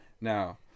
now